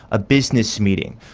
a business meeting,